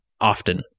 often